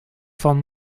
van